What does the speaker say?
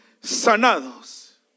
sanados